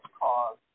cause